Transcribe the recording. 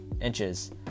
inches